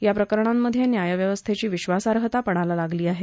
या प्रकरणांमध्ये न्याय व्यवस्थेची विश्वासाईता पणाला लागली आहे